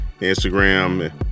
Instagram